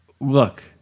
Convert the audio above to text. Look